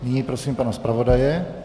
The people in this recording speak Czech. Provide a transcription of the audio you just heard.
Nyní prosím pana zpravodaje.